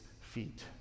feet